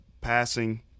passing